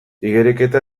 igeriketa